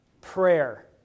prayer